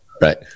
Right